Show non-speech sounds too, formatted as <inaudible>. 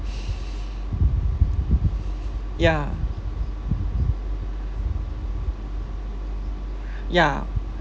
<breath> ya ya